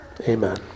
Amen